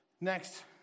next